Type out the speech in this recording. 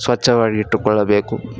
ಸ್ವಚ್ಛವಾಗಿಟ್ಟುಕೊಳ್ಳಬೇಕು